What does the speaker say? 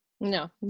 No